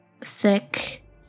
thick